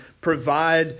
provide